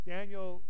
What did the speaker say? Daniel